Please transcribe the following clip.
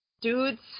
dudes